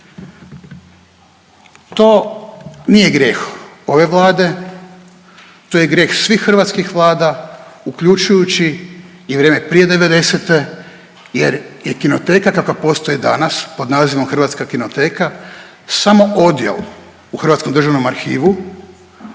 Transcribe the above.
To nije grijeh ove Vlade, to je grijeh svih hrvatskih vlada uključujući i vrijeme prije '90.-te jer je kinoteka kakva postoji danas pod nazivom „Hrvatska kinoteka“ samo odjel u Hrvatskom državnom arhivu